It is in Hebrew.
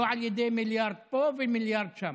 לא על ידי מיליארד פה ומיליארד שם.